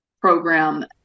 program